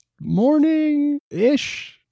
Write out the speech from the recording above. morning-ish